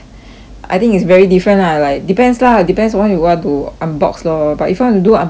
I think it's very different ah like depends lah depends on what you want to unbox lor but if you want to do unboxing like what